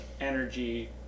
energy